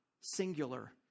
singular